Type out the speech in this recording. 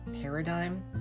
paradigm